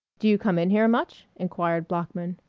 do you come in here much? inquired bloeckman.